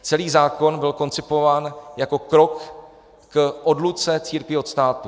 Celý zákon byl koncipován jako krok k odluce církví od státu.